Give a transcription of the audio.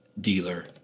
dealer